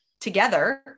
together